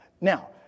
Now